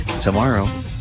tomorrow